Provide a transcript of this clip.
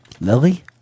Lily